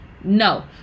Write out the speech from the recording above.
no